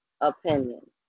opinion